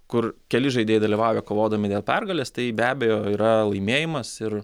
kur keli žaidėjai dalyvauja kovodami dėl pergalės tai be abejo yra laimėjimas ir